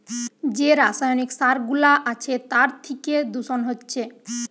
যে রাসায়নিক সার গুলা আছে তার থিকে দূষণ হচ্ছে